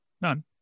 None